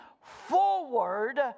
forward